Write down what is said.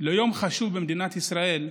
ליום חשוב במדינת ישראל,